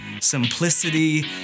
simplicity